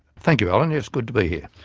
thank you, alan, it's good to be here.